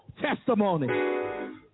testimony